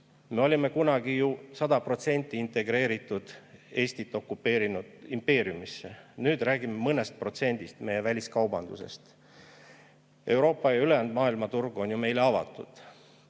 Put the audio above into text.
Me olime kunagi ju 100% integreeritud Eestit okupeerinud impeeriumisse, nüüd räägime mõnest protsendist meie väliskaubandusest. Euroopa ja ülejäänud maailma turg on ju meile avatud. Lõpuks.